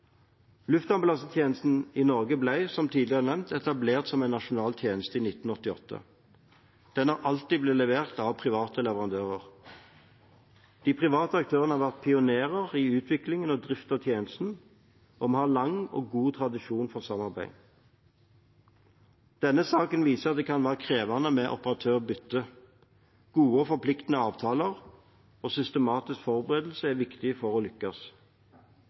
Luftambulansetjenesten i Norge ble, som tidligere nevnt, etablert som en nasjonal tjeneste i 1988. Den har alltid blitt levert av private leverandører. De private aktørene har vært pionerer i utviklingen og driften av tjenesten, og vi har lang og god tradisjon for samarbeid. Denne saken viser at det kan være krevende med operatørbytter. Gode og forpliktende avtaler og systematiske forberedelser er viktig for å lykkes.